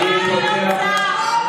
ואתה רוצה להטיף לנו מוסר.